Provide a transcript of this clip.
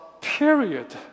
period